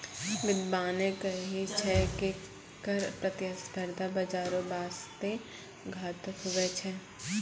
बिद्यबाने कही छै की कर प्रतिस्पर्धा बाजारो बासते घातक हुवै छै